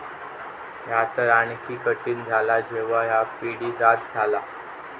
ह्या तर आणखी कठीण झाला जेव्हा ह्या पिढीजात झाला